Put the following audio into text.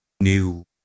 new